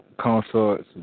consort's